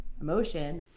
emotion